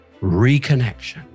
reconnection